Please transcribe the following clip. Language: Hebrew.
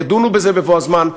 ידונו בזה בבוא הזמן.